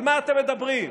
על מה אתם מדברים?